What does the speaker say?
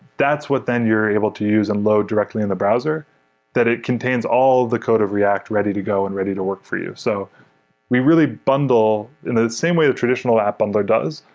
that's what then you're able to use and load directly in the browser that it contains all the code of react ready to go and ready to work for you so we really bundle in the same way a traditional app bundler does,